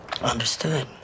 Understood